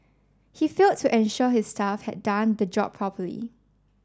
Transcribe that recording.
he failed to ensure his staff had done the job properly